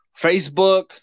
Facebook